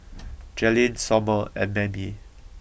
Jaelynn Sommer and Mammie